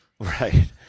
Right